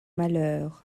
malheur